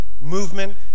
movement